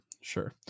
Sure